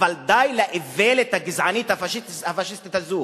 אבל די לאיוולת הגזענית, הפאשיסטית הזו.